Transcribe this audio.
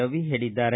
ರವಿ ಹೇಳಿದ್ದಾರೆ